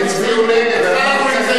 אני מציע לך לקצר את זה,